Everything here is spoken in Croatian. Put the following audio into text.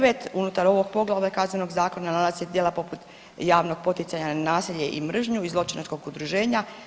9. unutar ovog poglavlja Kaznenog zakona nalaze se dijela poput javnog poticanja na nasilje i mržnju i zločinačkog udruženja.